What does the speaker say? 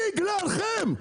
בגללכם.